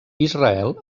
israel